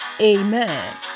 Amen